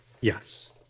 Yes